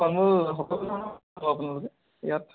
ফল মূল সকলো ধৰণৰ পাব আপোনালোকে ইয়াত